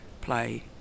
play